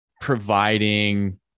providing